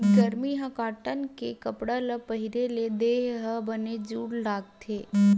गरमी म कॉटन के कपड़ा ल पहिरे ले देहे ह बने जूड़ लागथे